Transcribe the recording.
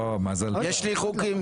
יש לי חוקים,